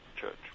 church